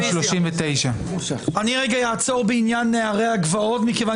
239. אעצור רגע בעניין נערי הגבעות מכיוון